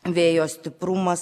vėjo stiprumas